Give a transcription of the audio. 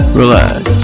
relax